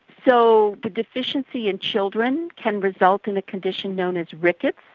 so the deficiency in children can result in a condition known as rickets,